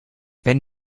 wenn